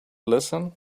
listen